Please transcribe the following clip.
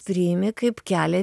priimi kaip kelią